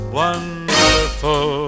wonderful